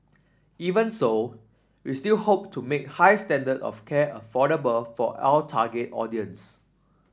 even so we still hope to make high standard of care affordable for our target audience